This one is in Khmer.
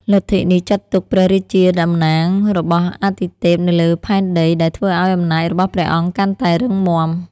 លទ្ធិនេះចាត់ទុកព្រះរាជាជាតំណាងរបស់អាទិទេពនៅលើផែនដី ដែលធ្វើឱ្យអំណាចរបស់ព្រះអង្គកាន់តែរឹងមាំ។